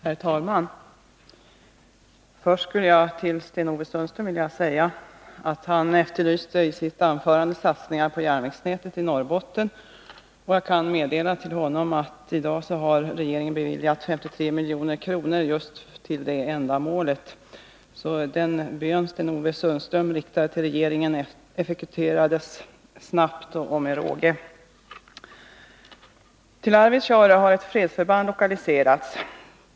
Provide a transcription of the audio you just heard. Herr talman! Först till Sten-Ove Sundström: Han efterlyste i sitt anförande satsningar på järnvägsnätet i Norrbotten. Jag kan meddela honom att regeringen i dag har beviljat 53 milj.kr. just för det ändamålet. Den bön Sten-Ove Sundström riktade till regeringen effektuerades alltså snabbt och med råge. Till Arvidsjaur har ett fredsförband lokaliserats.